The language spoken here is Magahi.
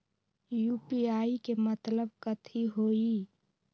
यू.पी.आई के मतलब कथी होई?